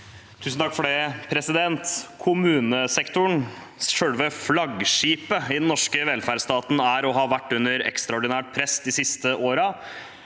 Lund (R) Kommune- sektoren, selve flaggskipet i den norske velferdsstaten, er og har vært under ekstraordinært press de siste årene,